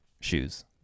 Shoes